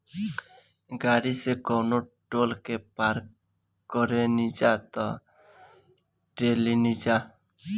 गाड़ी से कवनो टोल के पार करेनिजा त कर देबेनिजा